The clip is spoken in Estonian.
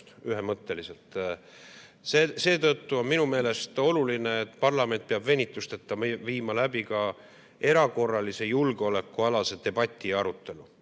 ühemõtteliselt. Seetõttu on minu meelest oluline, et parlament peab venitusteta pidama ära erakorralise julgeolekualase debati ja arutelu.